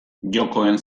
jokoen